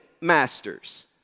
masters